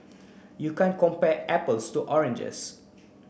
you can't compare apples to oranges